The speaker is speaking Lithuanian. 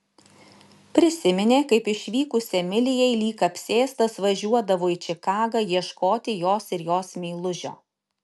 prisiminė kaip išvykus emilijai lyg apsėstas važiuodavo į čikagą ieškoti jos ir jos meilužio